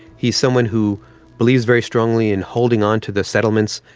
he is someone who believes very strongly in holding on to the settlements.